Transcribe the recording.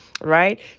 right